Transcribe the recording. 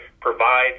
provide